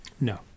No